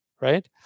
right